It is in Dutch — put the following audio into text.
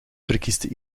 verkiest